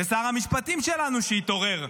שר המשפטים שלנו שהתעורר,